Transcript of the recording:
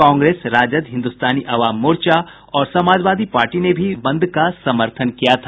कांग्रेस राजद हिन्दुस्तानी अवाम मोर्चा और समाजवादी पार्टी ने भी बंद का समर्थन किया था